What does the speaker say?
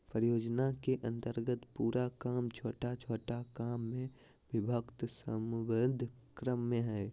परियोजना के अन्तर्गत पूरा काम छोटा छोटा काम में विभक्त समयबद्ध क्रम में हइ